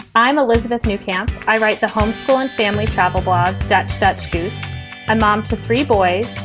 i'm elizabeth new camp. i write the homeschooling family travel blog. that statue's a mom to three boys,